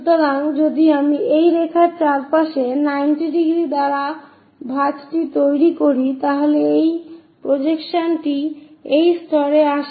সুতরাং যদি আমি এই রেখার চারপাশে 90 ডিগ্রী দ্বারা ভাঁজটি তৈরি করি তাহলে এই প্রজেকশনটি এই স্তরে আসে